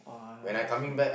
!wah! shit